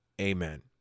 amen